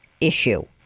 issue